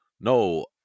No